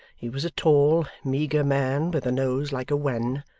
he was a tall, meagre man, with a nose like a wen,